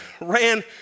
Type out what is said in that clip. ran